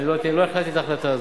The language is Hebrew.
אני לא החלטתי את ההחלטה הזאת.